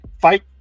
Fight